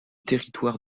territoire